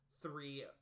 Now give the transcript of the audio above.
three